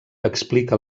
explica